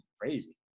crazy